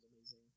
amazing